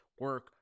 Work